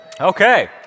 Okay